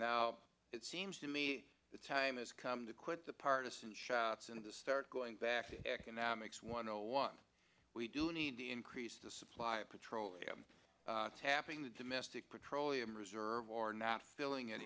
now it seems to me the time has come to quit the partisan shots and to start going back to economics one hundred one we do need to increase the supply of petroleum tapping the domestic petroleum reserve or not filling i